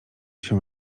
się